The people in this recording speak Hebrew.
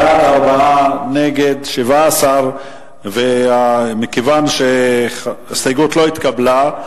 בעד, 4, נגד, 17. ההסתייגות לא התקבלה.